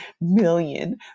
million